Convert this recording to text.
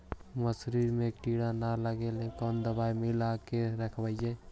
मसुरी मे किड़ा न लगे ल कोन दवाई मिला के रखबई?